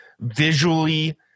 visually